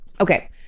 Okay